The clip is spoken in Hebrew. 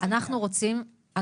אנחנו רוצים,